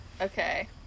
Okay